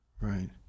right